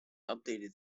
updated